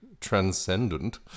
transcendent